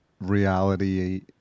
reality